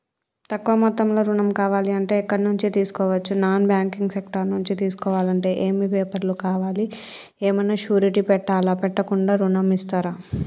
తక్కువ మొత్తంలో ఋణం కావాలి అంటే ఎక్కడి నుంచి తీసుకోవచ్చు? నాన్ బ్యాంకింగ్ సెక్టార్ నుంచి తీసుకోవాలంటే ఏమి పేపర్ లు కావాలి? ఏమన్నా షూరిటీ పెట్టాలా? పెట్టకుండా ఋణం ఇస్తరా?